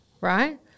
right